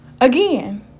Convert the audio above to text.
Again